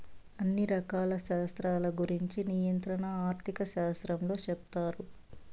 అన్ని రకాల శాస్త్రాల గురుంచి నియంత్రణ ఆర్థిక శాస్త్రంలో సెప్తారు